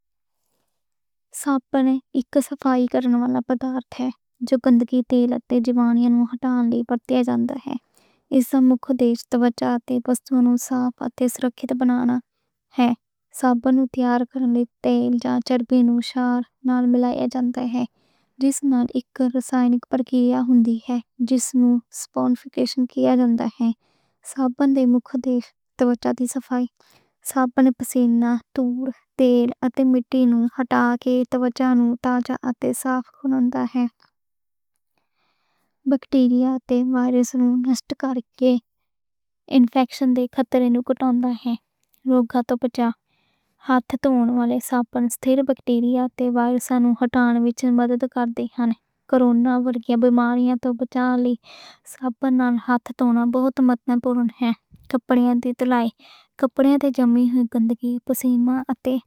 صابن اک صفائی کرن والا پدارَتھ ہے۔ جو گندگی، تیل تے جیواݨ نوں ہٹان لئی بڑھے جاندے ہن۔ اس دے مکھ مقصد توں توچھہ نوں صاف تے سرکشت بنانا ہے۔ صابن تیار کرن لئی تیل یا چربی نوں شار نال ملایا جاندا ہے۔ جس نال اک رسائنک پرکریا ہوندا ہے جس نوں سَپونِفیکیشن کہیا جاندا ہے۔ صابن دے مکھ مقصد توچھہ دی صفائی کرنی، پسینہ، تور، تیل تے مٹی نوں ہٹا کے توچھہ نوں تازہ تے صاف رکھنا ہے۔ بیکٹیریا تے وائرس نوں نَشٹ کر کے انفیکشن دے خطرے نوں کم کرنا ہے۔ بیماریاں توں بچا لئی ہتھ دھوݨ والا صابن ستھِر بیکٹیریا تے وائرس نوں ہٹان وچ مدد کردے ہن۔ کرونا ورگیاں بیماریاں توں بچاؤ لئی صابن نال ہتھ دھوݨا بہت مہتوپورن ہے۔ کپڑیاں تے تلائی کپڑیاں تے جمع ہوئی گندگی، پسینہ تے۔